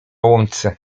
łące